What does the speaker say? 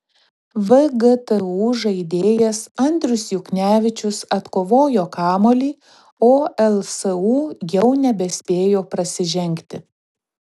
vgtu žaidėjas andrius juknevičius atkovojo kamuolį o lsu jau nebespėjo prasižengti